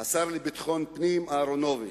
השר לביטחון הפנים, אהרונוביץ,